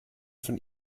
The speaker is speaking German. von